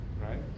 right